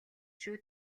шүү